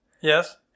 yes